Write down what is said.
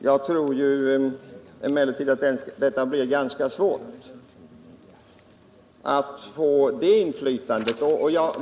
Jag tror emellertid att det kan komma att bli ganska svårt att få det inflytandet.